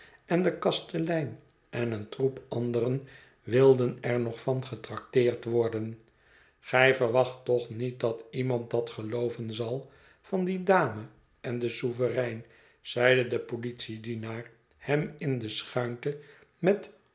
en de kastelein en een troep anderen wilden er nog van getrakteerd worden gij verwacht toch niet dat iemand dat gelooven zal van die dame en den souverein zeide de politiedienaar hem in de schuinte met